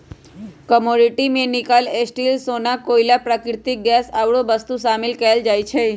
commodity में nickel, steel,, सोना, कोइला, प्राकृतिक गैस आउरो वस्तु शामिल कयल जाइ छइ